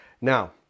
Now